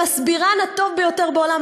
המסבירן הטוב ביותר בעולם,